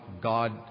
God